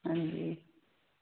ਹਾਂਜੀ